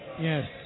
Yes